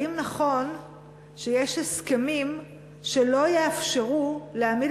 1. האם נכון שיש הסכמים שלא יאפשרו להעמיד